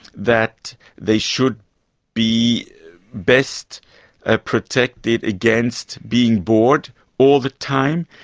that they should be best ah protected against being bored all the time,